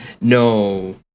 No